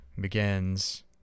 begins